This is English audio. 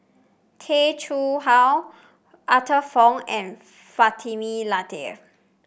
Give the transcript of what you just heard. Tay Chee How Arthur Fong and Fatimah Lateef